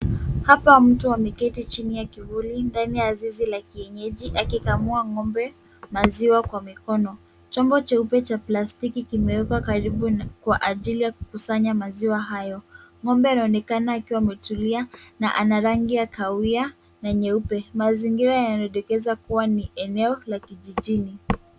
Hapa mtu ameketi chini ya kivuli ndani ya zizi la kienyeji, akikamua ng’ombe maziwa kwa mikono. Chombo cheupe cha plastiki kimewekwa karibu kwa ajili ya kukusanya maziwa hayo. Ng’ombe anaonekana akiwa ametulia na ana rangi ya kawia na nyeupe. Mazingira yanaelekeza kuwa ni eneo la kijijini.